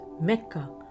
Mecca